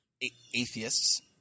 atheists